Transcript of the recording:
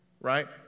right